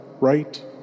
right